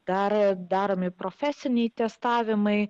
daro daromi profesiniai testavimai